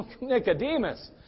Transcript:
Nicodemus